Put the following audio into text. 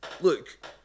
look